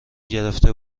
گرفته